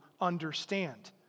understand